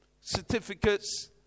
certificates